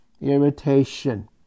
irritation